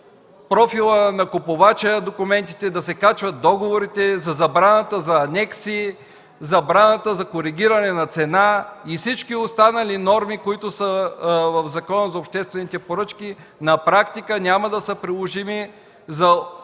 профила на купувача документите, те се качват договорите за забраната за анекси, забраната за коригиране на цена и всички останали норми, които са в Закона за обществените поръчки на практика няма да са приложими за огромен